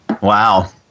Wow